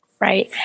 Right